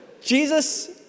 Jesus